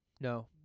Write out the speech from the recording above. No